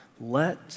let